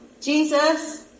Jesus